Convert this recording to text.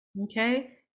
okay